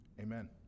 Amen